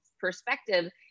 perspective